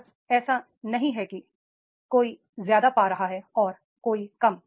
यह ऐसा नहीं है कि कोई ज्यादा पा रहा है और कोई कम